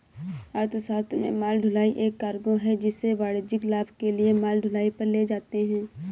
अर्थशास्त्र में माल ढुलाई एक कार्गो है जिसे वाणिज्यिक लाभ के लिए माल ढुलाई पर ले जाते है